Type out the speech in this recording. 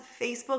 Facebook